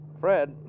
Fred